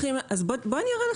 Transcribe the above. אז בוא אני אראה לך.